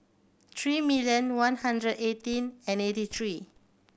three million one hundred eighteen and eighty three